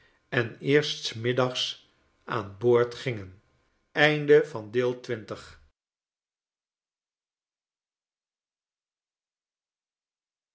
en eerst smiddags aan boord gingen